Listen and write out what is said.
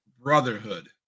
brotherhood